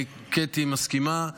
קטי מסכימה,